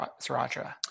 sriracha